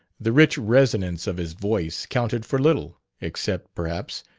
the rich resonance of his voice counted for little except, perhaps,